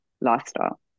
lifestyle